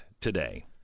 today